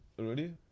already